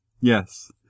Yes